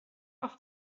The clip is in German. auf